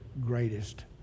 greatest